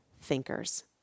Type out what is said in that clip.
thinkers